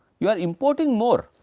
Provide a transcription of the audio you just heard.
you are importing more.